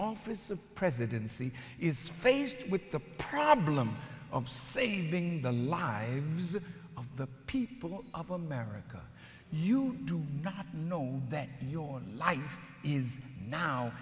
office of presidency is faced with the problem of saving the lives of the people of america you do not know that your life is now